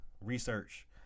research